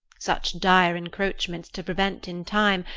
such dire encroachments to prevent in time,